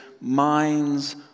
minds